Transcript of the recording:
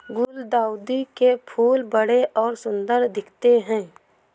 गुलदाउदी के फूल बड़े और सुंदर दिखते है